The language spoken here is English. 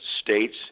states